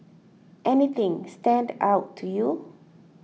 anything stand out to you